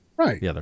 Right